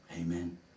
Amen